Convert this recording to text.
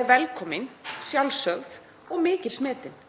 er velkomin, sjálfsögð og mikils metin.